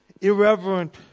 Irreverent